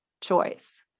choice